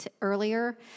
earlier